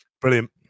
Brilliant